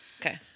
Okay